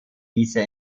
diese